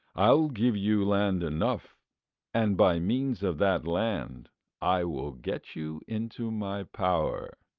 i'll give you land enough and by means of that land i will get you into my power.